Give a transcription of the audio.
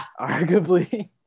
Arguably